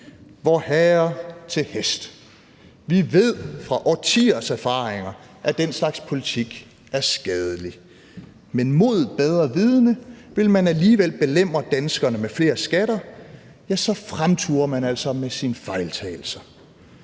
Vorherre til hest! Vi ved fra årtiers erfaringer, at den slags politik er skadelig, men mod bedre vidende vil man alligevel belemre danskerne med flere skatter. Ja, så fremturer man altså med sine fejltagelser.